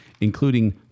including